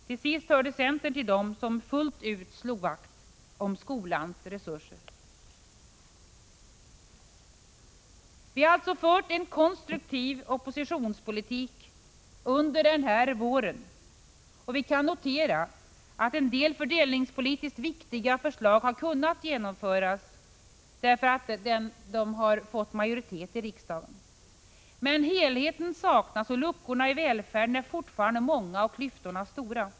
Till sist hörde centern till dem som fullt ut slog vakt om skolans resurser. Vi har alltså fört en konstruktiv oppositionspolitik under den här våren. Vi kan notera att en del fördelningspolitiskt viktiga förslag har kunnat genomföras därför att de fått majoritet i riksdagen. Men helheten saknas. Luckorna i välfärden är fortfarande många och klyftorna stora.